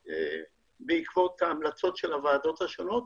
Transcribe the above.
בעקבות ההמלצות של הוועדות השונות,